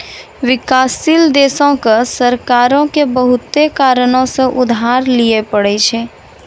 विकासशील देशो के सरकारो के बहुते कारणो से उधार लिये पढ़ै छै